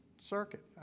circuit